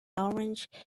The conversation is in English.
orange